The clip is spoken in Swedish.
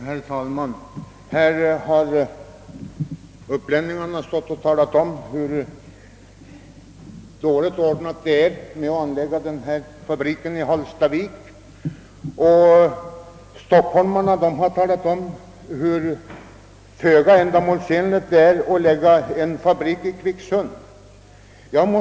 Herr talman! Här har upplänningarna talat om hur ofördelaktigt det är att anlägga denna fabrik i Hallstavik, och stockholmarna har framhållit hur föga ändamålsenligt det är att anlägga en fabrik i Kvicksund.